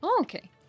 Okay